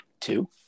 two